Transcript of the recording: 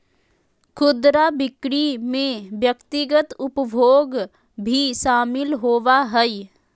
खुदरा बिक्री में व्यक्तिगत उपभोग भी शामिल होबा हइ